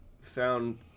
found